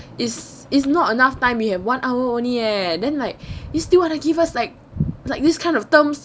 is is not enough time leh one hour only leh then like you still want to give us like like this kind of terms